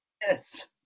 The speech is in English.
yes